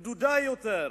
מבודדת יותר.